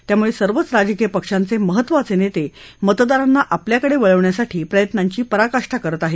त्यामुळे सर्वच राजकीय पक्षाचे महत्वाचे नेते मतदारांना आपल्याकडे वळवण्यासाठी प्रयत्नांची पराकाष्ठा करत आहेत